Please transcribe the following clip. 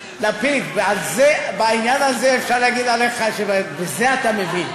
לפיד, בעניין הזה אפשר להגיד עליך שבזה אתה מבין.